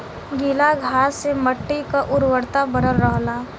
गीला घास से मट्टी क उर्वरता बनल रहला